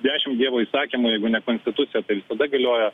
dešimt dievo įsakymų jeigu ne konstitucija tai visada galiojo